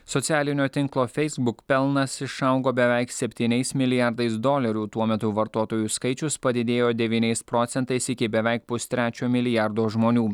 socialinio tinklo facebook pelnas išaugo beveik septyniais milijardais dolerių tuo metu vartotojų skaičius padidėjo devyniais procentais iki beveik pustrečio milijardo žmonių